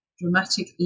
dramatic